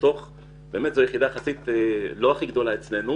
זו באמת יחידה יחסית לא הכי גדולה אצלנו